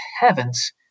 heavens